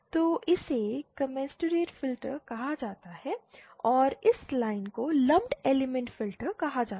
तो इसे commensurate filter कहा जाता है और इस लाइन को लंपड एलिमेंट्स फ़िल्टर कहा जाता है